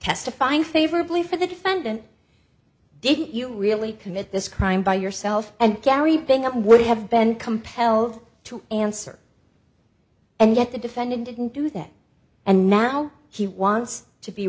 testifying favorably for the defendant didn't you really commit this crime by yourself and gary being up would have been compelled to answer and yet the defendant didn't do that and now he wants to be